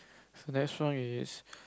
so next round is